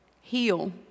Heal